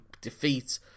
defeat